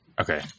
Okay